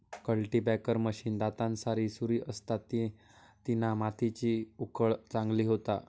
cultipacker machine दातांसारी सुरी असता तिना मातीची उकळ चांगली होता